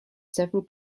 several